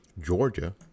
Georgia